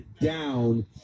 down